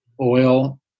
Oil